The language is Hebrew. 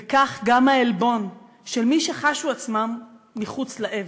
וכך גם העלבון של מי שחשו את עצמם מחוץ לאבל,